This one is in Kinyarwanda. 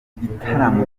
gitaramo